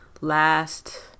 last